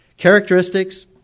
Characteristics